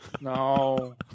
No